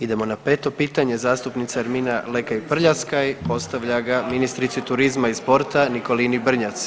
Idemo na 5. pitanje zastupnica Ermina Lekaj Prljaskaj postavlja ga ministrici turizma i sporta Nikolini Brnjac.